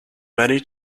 many